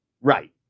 Right